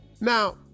Now